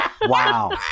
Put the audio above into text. Wow